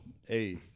Hey